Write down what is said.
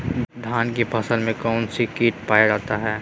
धान की फसल में कौन सी किट पाया जाता है?